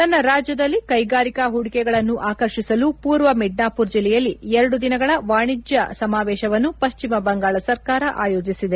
ತನ್ನ ರಾಜ್ಯದಲ್ಲಿ ಕೈಗಾರಿಕಾ ಹೂಡಿಕೆಗಳನ್ನು ಆಕರ್ಷಿಸಲು ಪೂರ್ವ ಮಿಡ್ನಾಪುರ್ ಜಿಲ್ಲೆಯಲ್ಲಿ ಎರಡು ದಿನಗಳ ವಾಣಿಜ್ಯ ಸಮಾವೇಶವನ್ನು ಪಶ್ಚಿಮ ಬಂಗಾಳ ಸರ್ಕಾರ ಅಯೋಜಿಸಿದೆ